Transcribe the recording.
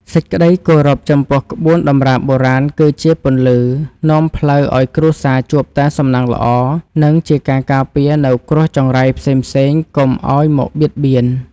សេចក្តីគោរពចំពោះក្បួនតម្រាបុរាណគឺជាពន្លឺនាំផ្លូវឱ្យគ្រួសារជួបតែសំណាងល្អ និង ជាការការពារនូវគ្រោះចង្រៃផ្សេងៗកុំឱ្យមកបៀតបៀន។